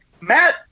Matt